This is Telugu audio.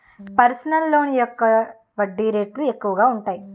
పర్సనల్ లోన్ యొక్క వడ్డీ రేట్లు ఎక్కువగా ఉంటాయి